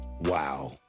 wow